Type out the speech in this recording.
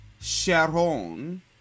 Sharon